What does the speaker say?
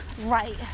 Right